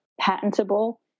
patentable